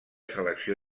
selecció